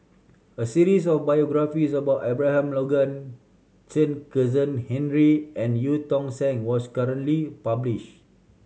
a series of biographies about Abraham Logan Chen Kezhan Henri and Eu Tong Sen was currently published